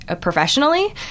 professionally